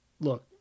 Look